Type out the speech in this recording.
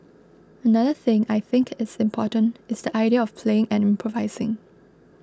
another thing I think is important is the idea of playing and improvising